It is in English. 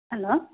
hello